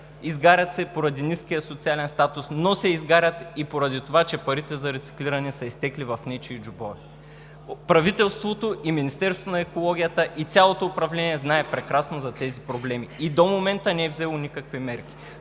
изгарят се и поради ниския социален статус, но се изгарят и поради това, че парите за рециклиране са изтекли в нечии джобове. Правителството – и Министерството на екологията, и цялото управление, знае прекрасно за тези проблеми и до момента не е взело никакви мерки.